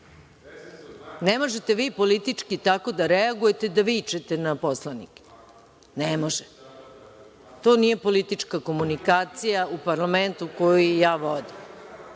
Ne možete vi politički tako da reagujete i da vičete na poslanike. Ne možete. To nije politička komunikacija u parlamentu koji ja vodim.